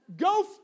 Go